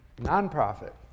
non-profit